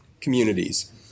communities